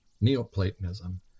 Neoplatonism